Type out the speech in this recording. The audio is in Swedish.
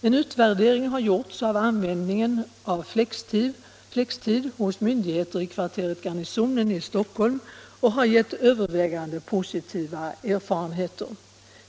En utvärdering har gjorts av användningen av flextid hos myndigheter i kvarteret Garnisonen i Stockholm och den har gett övervägande positiva erfarenheter.